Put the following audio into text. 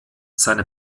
seine